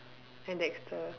and Dexter